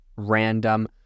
random